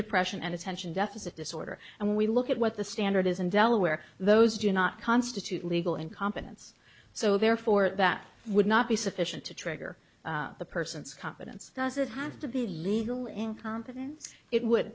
depression and attention deficit disorder and we look at what the standard is in delaware those do not constitute legal incompetence so therefore that would not be sufficient to trigger the person's confidence does it have to be legal incompetence it would